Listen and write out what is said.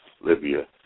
Libya